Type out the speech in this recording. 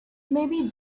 maybe